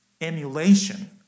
emulation